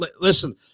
Listen